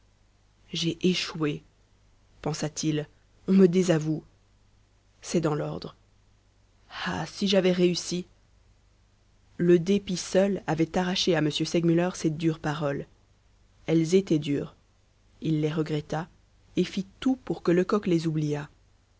j'ai échoué pensa-t-il on me désavoue c'est dans l'ordre ah si j'avais réussi le dépit seul avait arraché à m segmuller ces dures paroles elles étaient dures il les regretta et fit tout pour que lecoq les oubliât